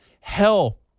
Hell